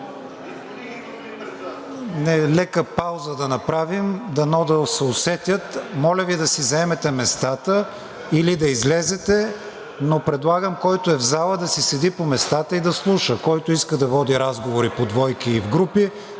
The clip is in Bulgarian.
Лека пауза да направим, дано да се усетят. Моля Ви да си заемете местата или да излезете, но предлагам, който е в залата, да си седи по местата и да слуша. Който иска да води разговори по двойки и в групи,